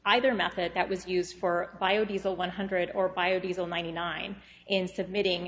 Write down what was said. either method that was used for bio diesel one hundred or bio diesel ninety nine in submitting